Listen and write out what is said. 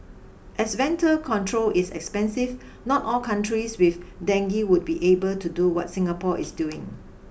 as ventor control is expensive not all countries with dengue would be able to do what Singapore is doing